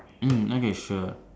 mm okay sure